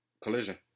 collision